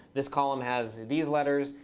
this column has these letters.